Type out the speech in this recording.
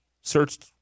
searched